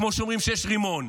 כמו שאומרים כשיש רימון.